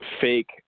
fake